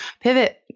Pivot